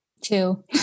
Two